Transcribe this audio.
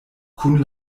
kun